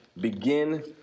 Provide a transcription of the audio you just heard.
begin